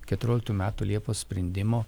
keturioliktų metų liepos sprendimo